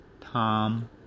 Tom